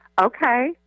Okay